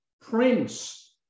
prince